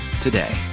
today